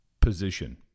position